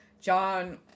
John